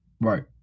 right